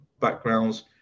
backgrounds